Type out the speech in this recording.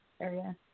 area